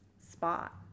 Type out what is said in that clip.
spot